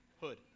Hood